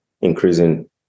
increasing